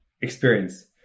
experience